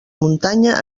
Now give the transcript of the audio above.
muntanya